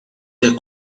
the